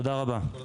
תודה רבה.